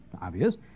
Obvious